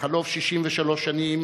בחלוף 63 שנים